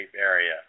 area